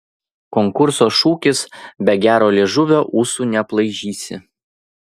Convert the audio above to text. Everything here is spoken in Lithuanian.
konkurso šūkis be gero liežuvio ūsų neaplaižysi